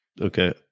okay